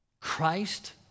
Christ